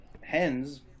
hens